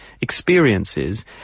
experiences